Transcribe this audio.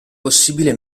possibile